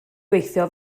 gweithio